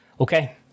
Okay